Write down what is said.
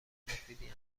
مفیدی